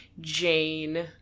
Jane